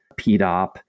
PDOP